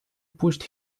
pushed